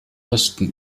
osten